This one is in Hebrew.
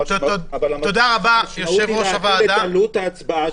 המשמעות היא להטיל את עלות ההצבעה,